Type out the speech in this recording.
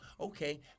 Okay